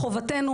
חובתנו,